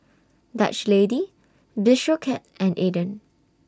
Dutch Lady Bistro Cat and Aden